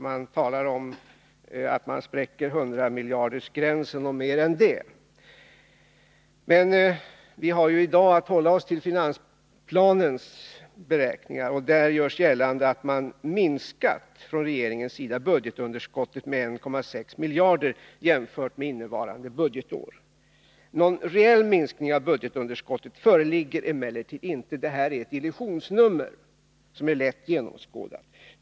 Man talar om att det mer än väl kommer att överstiga hundramiljardersgränsen. Men vi har ju i dag att hålla oss till finansplanens beräkningar, och där görs gällande att regeringen minskat budgetunderskottet med 1,6 miljarder kronor jämfört med innevarande budgetår. Någon reell minskning av budgetunderskottet föreligger emellertid inte. Det här är ett illusionsnummer, som är lätt genomskådat.